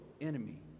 enemy